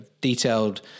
detailed